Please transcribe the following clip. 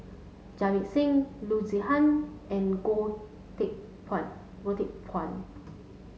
Jamit Singh Loo Zihan and Goh Teck Phuan Goh Teck Phuan